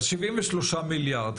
73 מיליארד.